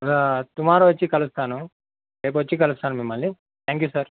tomorrow వచ్చి కలుస్తాను రేపు వచ్చి కలుస్తాను మిమ్మల్ని థ్యాంక్ యూ సార్